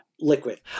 liquid